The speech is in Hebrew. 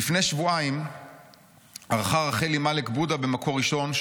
"לפני שבועיים ערכה רחלי מלק בודה ב'מקור ראשון'